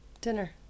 Dinner